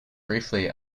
briefly